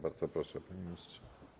Bardzo proszę, panie ministrze.